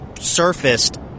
surfaced